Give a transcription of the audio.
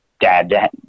dad